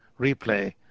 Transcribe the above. replay